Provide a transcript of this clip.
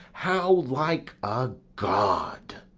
how like a god!